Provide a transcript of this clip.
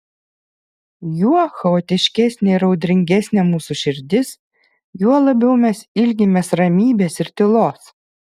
juo chaotiškesnė ir audringesnė mūsų širdis juo labiau mes ilgimės ramybės ir tylos